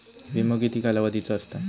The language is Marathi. विमो किती कालावधीचो असता?